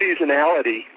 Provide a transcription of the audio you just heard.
seasonality